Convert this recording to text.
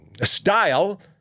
style